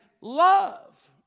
love